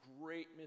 great